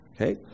Okay